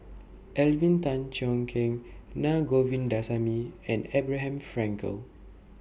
Alvin Tan Cheong Kheng Naa Govindasamy and Abraham Frankel